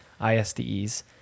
ISDEs